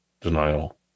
denial